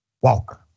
Walker